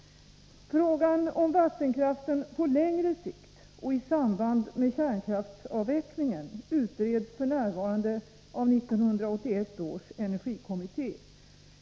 Frågan om vattenkraften på längre sikt och i samband med kärnkraftsavvecklingen utreds f. n. av 1981 års energikommitté.